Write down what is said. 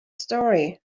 story